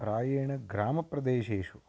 प्रायेण ग्रामप्रदेशेषु